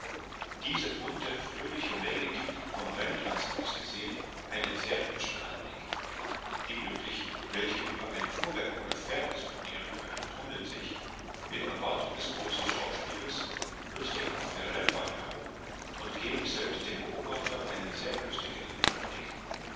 diese bunte fröhliche menge gibt vom rennplatz aus gesehen einen sehr hübschen anblick die glücklichen welche über ein fuhrwerk oder pferd disponieren können tummeln sich in erwartung des großen schauspiels lustig auf der rennbahn herum und geben selbst dem beobachter einen sehr belustigenden anblick